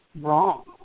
wrong